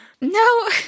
no